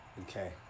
Okay